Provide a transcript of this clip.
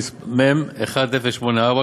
מ/1084,